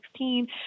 2016